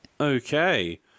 Okay